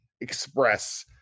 express